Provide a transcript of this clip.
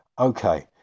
Okay